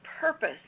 purpose